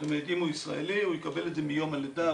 אם הוא ישראלי, הוא יקבל את זה מיום הלידה.